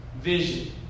vision